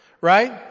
right